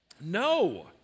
No